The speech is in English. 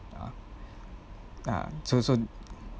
ah so so